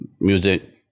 music